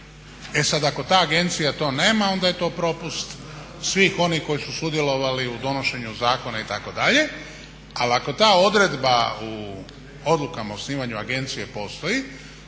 E sad ako ta agencija to nema, onda je to propust svih onih koji su sudjelovali u donošenju zakona itd. Ali ako ta odredba u odlukama o osnivanju agencije postoji